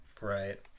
right